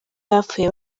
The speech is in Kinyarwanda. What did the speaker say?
bapfuye